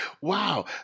Wow